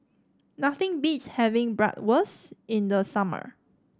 nothing beats having Bratwurst in the summer